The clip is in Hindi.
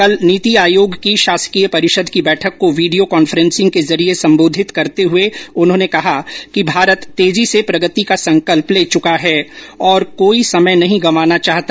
कल नीति आयोग की शासकीय परिषद की बैठक को वीडियो कांफ्रेंस के जरिये संबोधित करते हुये उन्होंने कहा कि भारत तेजी से प्रगति का संकल्प ले चुका है और कोई समय नहीं गंवाना चाहता